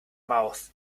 mouth